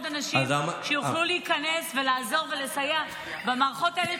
אנשים שיוכלו להיכנס ולעזור ולסייע במערכות האלה,